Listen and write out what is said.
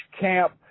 camp